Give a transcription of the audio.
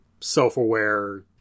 self-aware